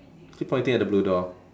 keep pointing at the blue door